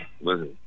listen